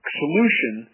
solution